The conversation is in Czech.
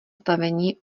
stavení